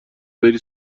بری